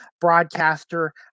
broadcaster